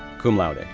cum laude, and